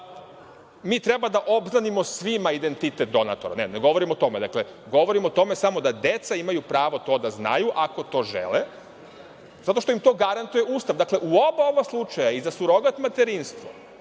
mi treba da obznanimo svima identitet donatora. Ne govorim o tome. Govorim o tome da deca imaju pravo to da znaju ako to žele zato što im to garantuje Ustav.U oba ova slučaja, i za surogat materinstvo